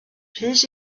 rhys